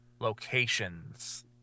Locations